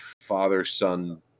father-son